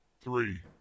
three